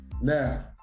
Now